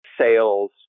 sales